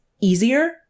easier